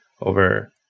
over